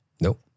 Nope